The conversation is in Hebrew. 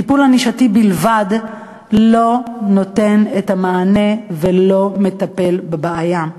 טיפול ענישתי בלבד לא נותן את המענה ולא מטפל בבעיה.